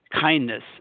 kindness